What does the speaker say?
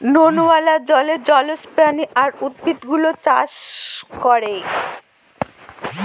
নুনওয়ালা জলে জলজ প্রাণী আর উদ্ভিদ গুলো চাষ করে